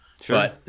Sure